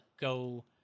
go